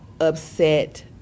upset